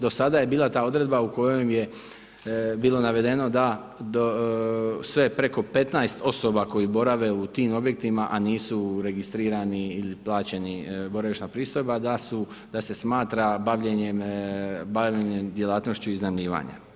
Do sada je bila ta odredba kojom je bilo navedeno da sve preko 15 osoba koje borave u tim objektima a nisu registrirani ili plaćeni boravišna pristojba, da se smatra bavljenjem djelatnošću iznajmljivanja.